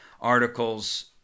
articles